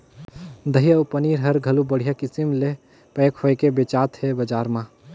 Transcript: दही अउ पनीर हर घलो बड़िहा किसम ले पैक होयके बेचात हे बजार म